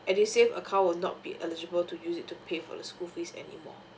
edusave account will not be eligible to use it to pay for the school fees anymore